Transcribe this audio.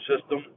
system